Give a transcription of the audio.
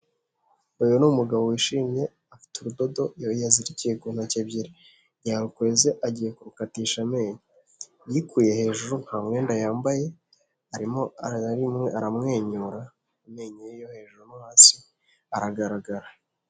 Uyu ni umugabo wishimye, afite urudodo iyo yazirikiye ku ntoki ebyiri. Yarukweze agiye kurukatisha amenyo, yikuye hejuru nta mwenda yambaye. Arimo aramwenyura, amenyo ye yo hejuru no hasi aragaragara.